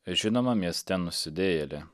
žinoma mieste nusidėjėlė